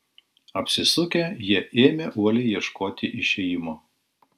apsisukę jie ėmė uoliai ieškoti išėjimo